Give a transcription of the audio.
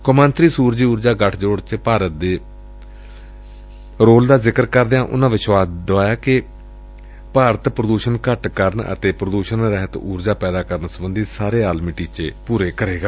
ਕੌਮਾਂਤਰੀ ਸੂਰਜੀ ਊਰਜਾ ਗਠਜੋੜ ਵਿਚ ਭਾਰਤ ਦੇ ਰੋਲ ਦਾ ਜ਼ਿਕਰ ਕਰਦਿਆਂ ਉਨੂਾਂ ਵਿਸ਼ਵਾਸ ਪ੍ਰਗਟ ਕੀਤਾ ਕਿ ਭਾਰਤ ਪ੍ਰਦੂਸ਼ਣ ਘੱਟ ਕਰਨ ਅਤੇ ਪ੍ਰਦੂਸ਼ਣ ਰਹਿਤ ਊਰਜਾ ਪੈਦਾ ਕਰਨ ਸਬੰਧੀ ਸਾਰੇ ਆਲਮੀ ਟੀਚੇ ਪੁਰੇ ਕਰ ਲਏਗਾ